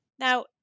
Now